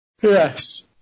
Yes